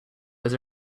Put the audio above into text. was